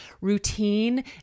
routine